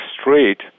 straight